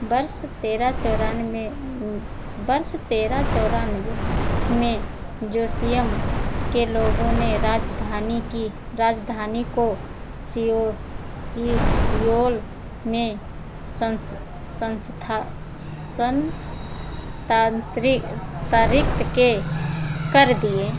वर्ष तेरह चौरानवे वर्ष तेरह चौरानवे में जोसियन के लोगों ने राजधानी की राजधानी को सियोल सियोल में संस संस्था के कर दिए